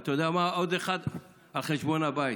אתה יודע מה, עוד אחד על חשבון הבית,